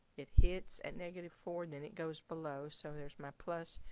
it hits at negative four, then it goes below. so there's my plus,